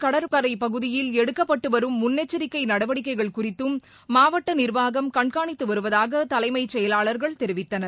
கடற்கரை பகுதியில் எடுக்கப்பட்டு வரும் முன்னெச்சரிக்கை நடவடிக்கைகள் குறித்தும் மாவட்ட நிர்வாகம் கண்காணித்து வருவதாக தலைமைச்செயலாளர்கள் தெரிவித்தனர்